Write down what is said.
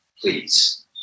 Please